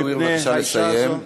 תני לזוהיר בבקשה לסיים.